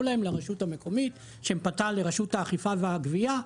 להם לרשות המקומית שפנתה לרשות האכיפה והגבייה,